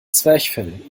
zwerchfell